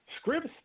scripts